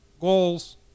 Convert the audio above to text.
goals